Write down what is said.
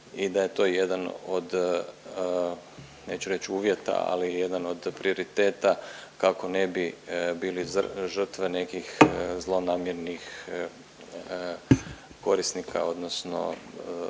i da je to jedan od, neću reći uvjeta, ali jedan od prioriteta kako ne bi bili žrtve nekih zlonamjernih korisnika, odnosno